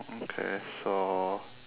okay so